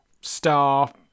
star